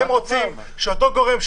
אתם רוצים שאותו גורם,